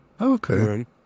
Okay